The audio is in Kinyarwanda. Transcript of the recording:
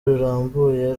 rurambuye